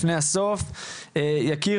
צליל